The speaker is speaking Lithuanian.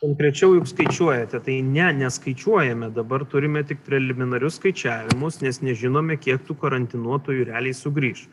konkrečiau juk skaičiuojate tai ne neskaičiuojame dabar turime tik preliminarius skaičiavimus nes nežinome kiek tų karantinuotųjų realiai sugrįš